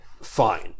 fine